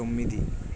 తొమ్మిది